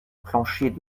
plancher